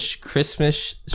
Christmas